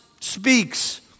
speaks